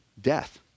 death